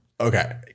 Okay